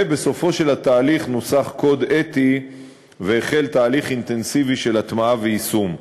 ובסופו של התהליך נוסח קוד אתי והחל תהליך אינטנסיבי של הטמעה ויישום.